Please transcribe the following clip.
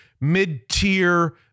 mid-tier